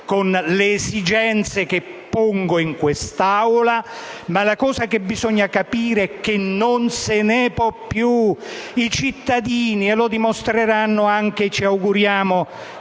con le esigenze che pongo in quest'Aula. Ma bisogna capire che non se ne può più. I cittadini, e lo dimostreranno anche - ci auguriamo